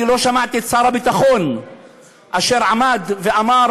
אני לא שמעתי את שר הביטחון אשר עמד ואמר: